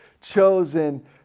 chosen